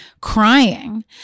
crying